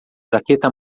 jaqueta